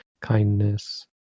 kindness